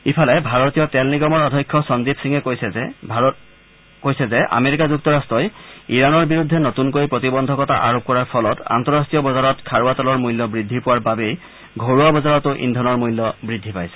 ইফালে ভাৰতীয় তেল নিগমৰ অধ্যক্ষ সঞ্জীৱ সিঙে কৈছে যে আমেৰিকা যুক্তৰাট্টই ইৰাণৰ বিৰুদ্ধে নতুনকৈ প্ৰতিবন্ধকতা আৰোপ কৰাৰ ফলত আন্তঃৰাষ্টীয় বজাৰত খাৰুৱা তেলৰ মূল্য বৃদ্ধি পোৱাৰ বাবেই ঘৰুৱা বজাৰতো ইন্ধনৰ মূল্য বৃদ্ধি পাইছে